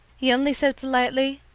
he only said politely,